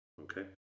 okay